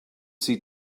see